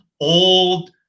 old